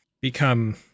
become